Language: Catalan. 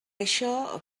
això